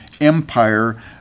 empire